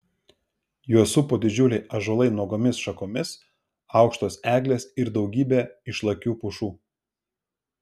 juos supo didžiuliai ąžuolai nuogomis šakomis aukštos eglės ir daugybė išlakių pušų